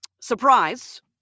surprise